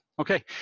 Okay